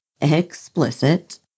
explicit